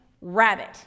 rabbit